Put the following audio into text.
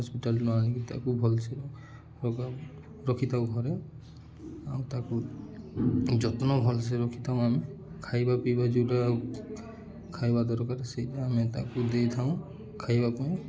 ହସ୍ପିଟାଲରୁ ଆଣିକି ତାକୁ ଭଲସେ ରଖିଥାଉ ଘରେ ଆଉ ତାକୁ ଯତ୍ନ ଭଲସେ ରଖିଥାଉ ଆମେ ଖାଇବା ପିଇବା ଯେଉଁଟା ଖାଇବା ଦରକାର ସେଇଟା ଆମେ ତାକୁ ଦେଇଥାଉ ଖାଇବା ପାଇଁ